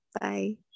Bye